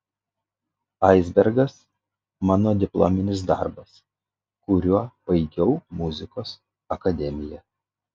aisbergas mano diplominis darbas kuriuo baigiau muzikos akademiją